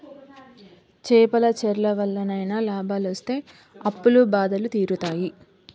చేపల చెర్ల వల్లనైనా లాభాలొస్తి అప్పుల బాధలు తీరుతాయి